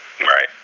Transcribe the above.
Right